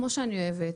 כמו שאני אוהבת,